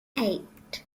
eight